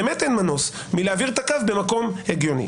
באמת אין מנוס מלהעביר את הקו במקום הגיוני.